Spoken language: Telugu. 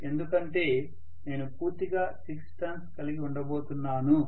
ఎందుకంటే నేను పూర్తిగా 6 టర్న్స్ కలిగి ఉండబోతున్నాను